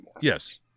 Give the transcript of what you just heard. Yes